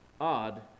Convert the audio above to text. odd